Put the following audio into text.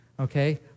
okay